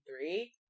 three